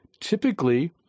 typically